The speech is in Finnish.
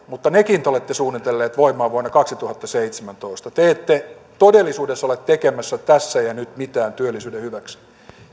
mutta nekin te olette suunnitelleet voimaan vuonna kaksituhattaseitsemäntoista te ette todellisuudessa ole tekemässä tässä ja nyt mitään työllisyyden hyväksi